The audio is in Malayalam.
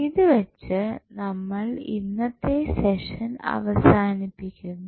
ഇതുവച്ച് നമ്മൾ ഇന്നത്തെ സെഷൻ അവസാനിപ്പിക്കുന്നു